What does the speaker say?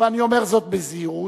ואני אומר זאת בזהירות,